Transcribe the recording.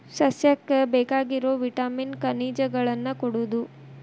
ಸಸ್ಯಕ್ಕ ಬೇಕಾಗಿರು ವಿಟಾಮಿನ್ ಖನಿಜಗಳನ್ನ ಕೊಡುದು